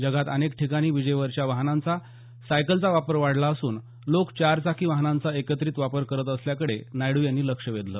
जगात अनेक ठिकाणी विजेवरच्या वाहनांचा सायकलचा वापर वाढला असून लोक चारचाकी वाहनांचा एकत्रित वापर करत असल्याकडे नायडू यांनी लक्ष वेधलं